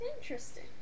Interesting